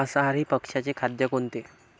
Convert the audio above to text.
मांसाहारी पक्ष्याचे खाद्य कोणते?